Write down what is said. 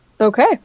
Okay